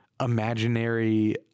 imaginary